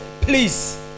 please